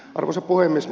arvoisa puhemies